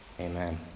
Amen